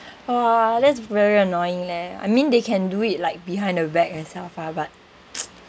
!wah! that's very annoying leh I mean they can do it like behind her back herself lah but